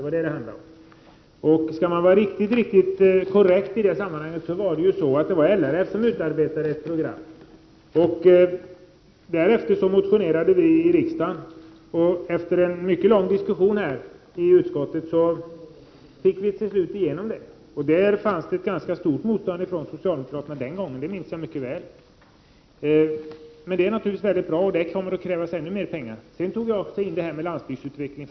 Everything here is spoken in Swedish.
För att vara riktigt korrekt i detta sammanhang måste jag framhålla att det var LRF som utarbetade ett program. Därefter motionerade vi i riksdagen. Efter en mycket lång diskussion i jordbruksutskottet fick vi till slut igenom våra krav. Den gången mötte vi ett ganska stort motstånd från socialdemokraterna. Det minns jag mycket väl. De här åtgärderna är naturligtvis mycket bra. Men det kommer att krävas ännu mer pengar. Jag har även tagit upp frågan om landsbygdsutvecklingen.